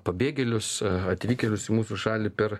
pabėgėlius atvykėlius į mūsų šalį per